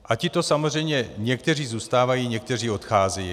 A tito samozřejmě někteří zůstávají, někteří odcházejí.